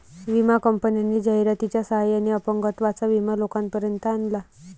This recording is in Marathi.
विमा कंपन्यांनी जाहिरातीच्या सहाय्याने अपंगत्वाचा विमा लोकांपर्यंत आणला